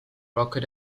rocket